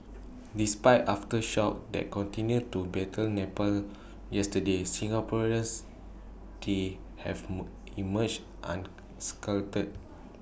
despite aftershocks that continued to batter Nepal yesterday Singaporeans the have emerged unscathed